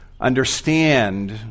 understand